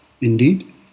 Indeed